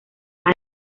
hay